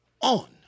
on